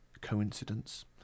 coincidence